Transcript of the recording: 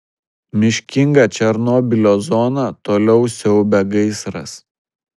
miškingą černobylio zoną toliau siaubia gaisras